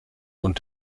und